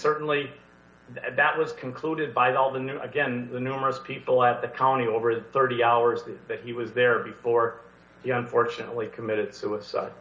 certainly that was concluded by all the new again the numerous people at the colony over the thirty hours that he was there before fortunately committed suicide